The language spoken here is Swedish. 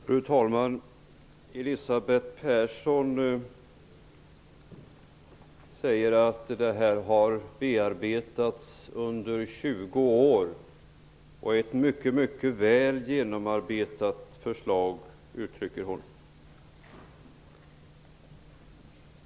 Fru talman! Elisabeth Persson sade att det här har bearbetats under 20 år. Det är ett mycket väl genomarbetat förslag, sade hon.